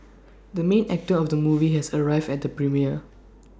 the main actor of the movie has arrived at the premiere